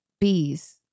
Bees